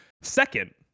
Second